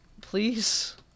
Please